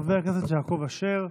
חבר הכנסת יעקב אשר,